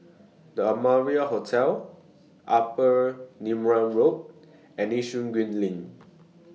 The Amara Hotel Upper Neram Road and Yishun Green LINK